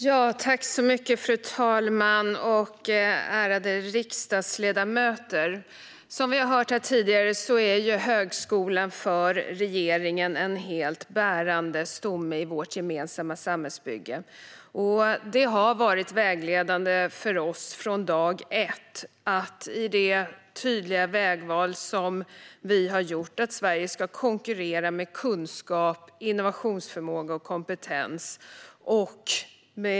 Fru talman! Ärade riksdagsledamöter! Som vi har hört här tidigare är högskolan för regeringen en helt bärande stomme i vårt gemensamma samhällsbygge. Det har varit vägledande för oss från dag ett i det tydliga vägval som vi har gjort att Sverige ska konkurrera med kunskap, innovationsförmåga och kompetens.